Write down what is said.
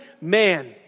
man